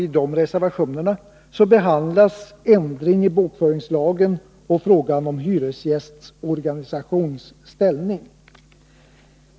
I de reservationerna behandlas ändring i bokföringslagen och frågan om hyresgästorganisations ställning.